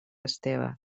esteve